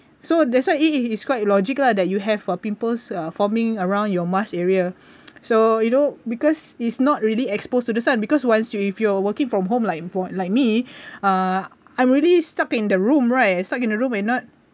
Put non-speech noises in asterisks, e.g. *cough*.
so that's why it it it's quite logical lah that you have a pimples uh forming around your mask area *breath* so you know because it's not really exposed to the sun because whilst if you're working from home like from like me *breath* uh I'm already stuck in the room right stuck in the room right and not